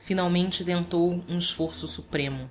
finalmente tentou um esforço supremo